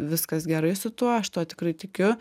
viskas gerai su tuo aš tuo tikrai tikiu